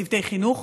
חינוך.